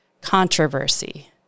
controversy